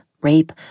rape